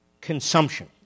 consumption